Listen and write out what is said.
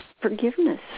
forgiveness